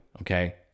okay